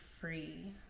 free